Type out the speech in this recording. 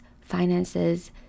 finances